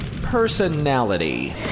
personality